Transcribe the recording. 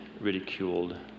ridiculed